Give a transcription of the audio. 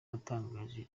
atangaje